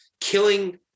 killing